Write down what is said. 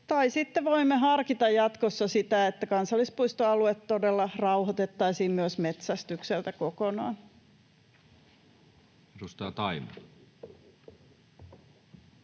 Tai sitten voimme harkita jatkossa sitä, että kansallispuistoalue todella rauhoitettaisiin myös metsästykseltä kokonaan. [Speech 154]